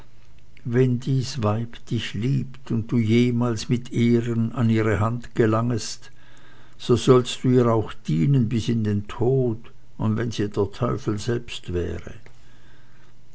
wenn dies weib dich liebt und du jemals mit ehren an ihre hand gelangest so sollst du ihr auch dienen bis in den tod und wenn sie der teufel selbst wäre